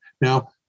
Now